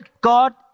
God